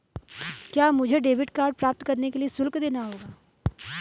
क्या मुझे debit card प्राप्त करने के लिए शुल्क देना होगा?